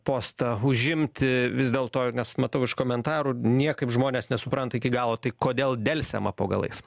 postą užimti vis dėlto ir nes matau iš komentarų niekaip žmonės nesupranta iki galo tai kodėl delsiama po galais